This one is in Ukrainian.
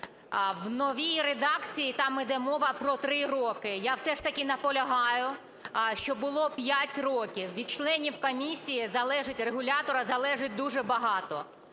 В новій редакції там іде мова про 3 роки, я все ж таки наполягаю, щоб було 5 років. Від членів комісії… регулятора залежить дуже багато.